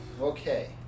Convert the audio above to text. Okay